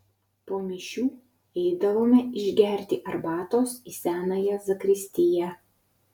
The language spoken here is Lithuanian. po mišių eidavome išgerti arbatos į senąją zakristiją